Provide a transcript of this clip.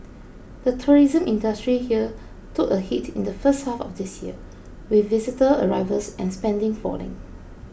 the tourism industry here took a hit in the first half of this year with visitor arrivals and spending falling